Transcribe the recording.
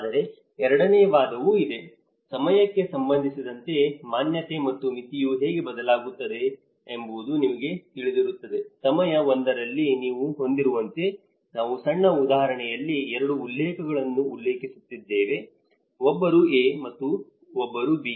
ಅದರ ಎರಡನೇ ವಾದವೂ ಇದೆ ಸಮಯಕ್ಕೆ ಸಂಬಂಧಿಸಿದಂತೆ ಮಾನ್ಯತೆ ಮತ್ತು ಮಿತಿಯು ಹೇಗೆ ಬದಲಾಗುತ್ತದೆ ಎಂಬುದು ನಿಮಗೆ ತಿಳಿದಿರುತ್ತದೆ ಸಮಯ 1 ರಲ್ಲಿ ನೀವು ಹೊಂದಿರುವಂತೆ ನಾವು ಸಣ್ಣ ಉದಾಹರಣೆಯಲ್ಲಿ 2 ಉಲ್ಲೇಖಗಳನ್ನು ಉಲ್ಲೇಖಿಸುತ್ತಿದ್ದೇವೆ ಒಬ್ಬರು A ಮತ್ತು ಒಬ್ಬರು B